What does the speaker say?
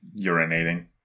Urinating